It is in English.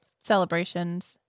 celebrations